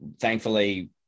Thankfully